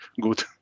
good